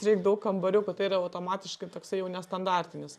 reik daug kambarių tai yra automatiškai toksai jau nestandartinis